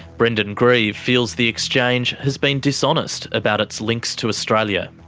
brendan grieve feels the exchange has been dishonest about its links to australia.